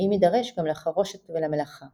ואם יידרש- גם לחרושת ולמלאכה